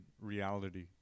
reality